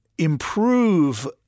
improve